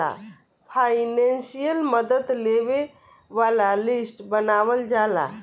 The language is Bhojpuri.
फाइनेंसियल मदद लेबे वाला लिस्ट बनावल जाला